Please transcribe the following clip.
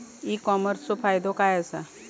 E कॉमर्सचो फायदो काय असा?